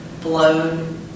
blown